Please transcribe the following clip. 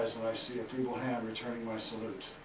and i see a feeble hand returning my salute.